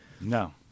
No